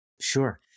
Sure